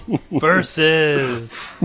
Versus